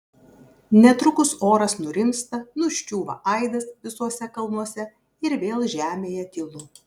netrukus oras nurimsta nuščiūva aidas visuose kalnuose ir vėl žemėje tylu